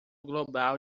global